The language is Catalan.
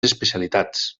especialitats